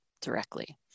directly